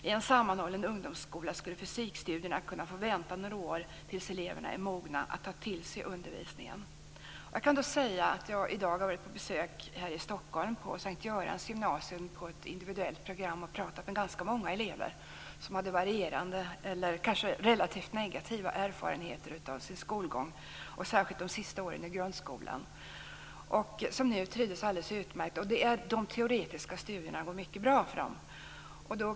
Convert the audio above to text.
I en sammanhållen ungdomsskola skulle fysikstudierna kunna få vänta några år tills eleverna är mogna att ta till sig undervisningen. Tidigare i dag var jag på besök på S:t Görans Gymnasium. Jag besökte ett individuellt program och talade med ganska många elever som hade varierande, eller kanske relativt negativa, erfarenheter av sin skolgång, särskilt under de sista åren i grundskolan. Nu trivdes de alldeles utmärkt, och de teoretiska studierna går mycket bra för de här eleverna.